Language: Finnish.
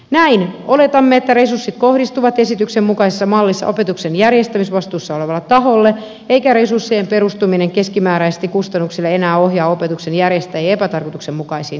näin oletamme että resurssit kohdistuvat esityksen mukaisessa mallissa opetuksen järjestämisvastuussa olevalle taholle eikä resurssien perustuminen keskimääräisesti kustannuksille enää ohjaa opetuksen järjestäjiä epätarkoituksenmukaisiin järjestelyihin